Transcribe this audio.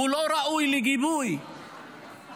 הוא לא ראוי לגיבוי ותמיכה